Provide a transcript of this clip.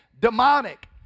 demonic